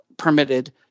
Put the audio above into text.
permitted